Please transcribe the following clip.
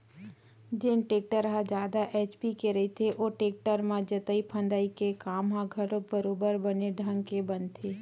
जेन टेक्टर ह जादा एच.पी के रहिथे ओ टेक्टर म जोतई फंदई के काम ह घलोक बरोबर बने ढंग के बनथे